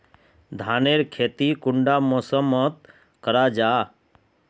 धानेर खेती कुंडा मौसम मोत करा जा?